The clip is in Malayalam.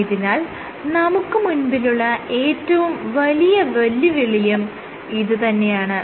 ആയതിനാൽ നമുക്ക് മുൻപിലുള്ള ഏറ്റവും വലിയ വെല്ലുവിളിയും ഇത് തന്നെയാണ്